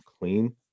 clean